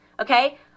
okay